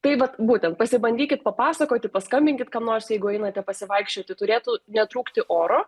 tai vat būtent pabandykit papasakoti paskambinkit kam nors jeigu einate pasivaikščioti turėtų netrūkti oro